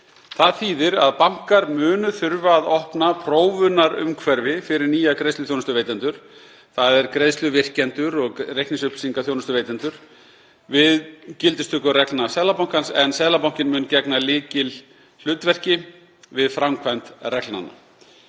Það þýðir að bankar munu þurfa að opna prófunarumhverfi fyrir nýja greiðsluþjónustuveitendur, þ.e. greiðsluvirkjendur og reikningsupplýsingaþjónustuveitendur, við gildistöku reglna Seðlabankans en Seðlabankinn mun gegna lykilhlutverki við framkvæmd reglnanna.